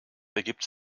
ergibt